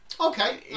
Okay